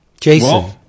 Jason